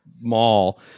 mall